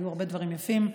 היו הרבה דברים יפים.